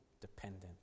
dependent